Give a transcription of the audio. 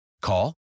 Call